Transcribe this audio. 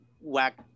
whack